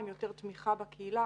עם יותר תמיכה בקהילה,